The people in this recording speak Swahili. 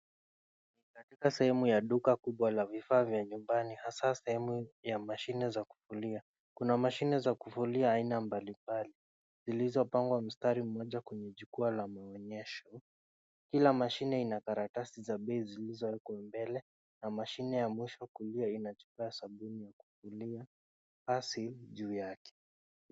Hii ni katika sehemu ya duka kubwa la vifaa vya nyumbani hasa sehemu ya mashine za kufulia. Kuna mashine za kufulia aina mbalimbali zilizopangwa mstari mmoja kwenye jukwaa la maonyesho. Kila mashine ina karatasi za bei zilizowekwa mbele, na mashine ya mwisho kulia ina chupa ya sabuni ya kufulia hasi juu yake.